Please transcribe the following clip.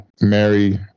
Mary